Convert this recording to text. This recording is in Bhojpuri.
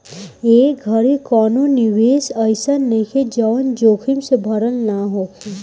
ए घड़ी कवनो निवेश अइसन नइखे जवन जोखिम से भरल ना होखे